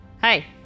Hi